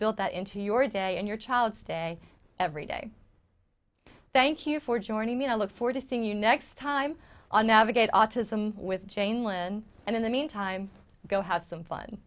build that into your day and your child's day every day thank you for joining me to look forward to seeing you next time on navigate autism with jane listen and in the meantime go have some fun